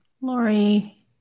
Lori